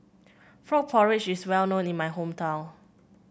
Frog Porridge is well known in my hometown